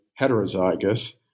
heterozygous